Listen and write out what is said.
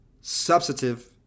substantive